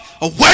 away